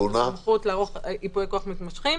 את הסמכות לערוך ייפויי כוח מתמשכים,